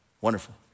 Wonderful